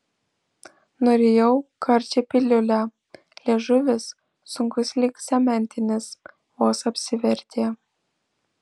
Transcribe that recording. nurijau karčią piliulę liežuvis sunkus lyg cementinis vos apsivertė